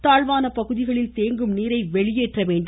தாழ்வான பகுதிகளில் தேங்கும் நீரை வெளியேற்றப்பட வேண்டும்